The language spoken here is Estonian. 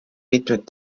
mitmed